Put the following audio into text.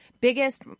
biggest